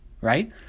right